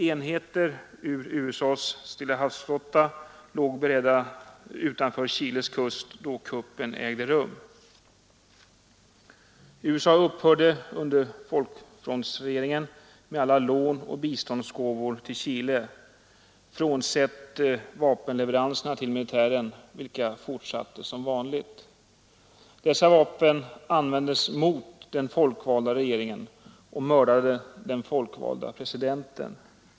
Enheter ur USAs Stillahavsflotta låg beredda utanför Chiles kust då kuppen ägde rum. USA upphörde under folkfrontsregeringen med alla lån och biståndsgåvor till Chile — frånsett vapenleveranserna till militären, vilka fortsatte som vanligt. Dessa vapen användes mot den folkvalda regeringen och mördade den folkvalde presidenten.